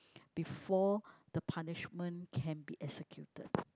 before the punishment can be executed